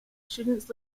students